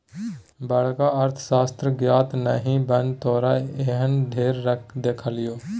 बड़का अर्थशास्त्रक ज्ञाता नहि बन तोरा एहन ढेर देखलियौ